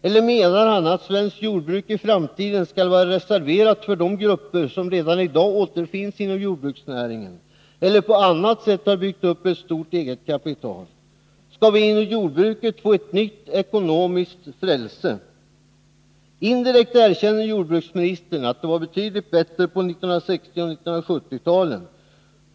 Eller menar jordbruksministern att svenskt jordbruk i framtiden skall vara reserverat för de grupper som redan i dag återfinns inom jordbruksnäringen eller som på annat sätt har byggt upp ett stort eget kapital? Skall vi inom jordbruket få ett nytt ekonomiskt frälse? Indirekt erkänner jordbruksministern att det var betydligt bättre på 1960 och 1970-talen.